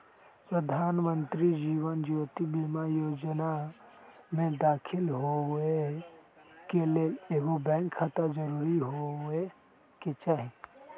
प्रधानमंत्री जीवन ज्योति बीमा जोजना में दाखिल होय के लेल एगो बैंक खाता जरूरी होय के चाही